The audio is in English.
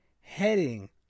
Heading